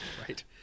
Right